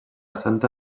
santa